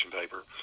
paper